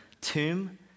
tomb